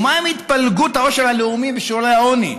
ומה עם התפלגות העושר הלאומי ושיעורי העוני?